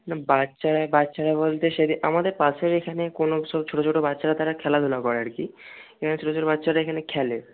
না বাচ্চারা বাচ্চারা বলতে সেদি আমাদের পাশের এখানে কোনো সব ছোটো ছোটো বাচ্চারা তারা খেলাধুলা করে আর কি এখানে ছোটো ছোটো বাচ্চারা এখানে খেলে